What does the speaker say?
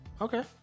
Okay